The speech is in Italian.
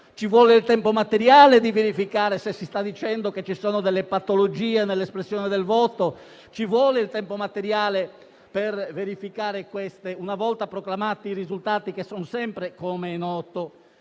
Ci vuole il tempo materiale per verificare che ci sono delle patologie nell'espressione del voto. Ci vuole il tempo materiale per verificare una volta proclamati i risultati che - come è noto